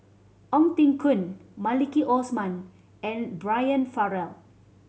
Ong Teng Koon Maliki Osman and Brian Farrell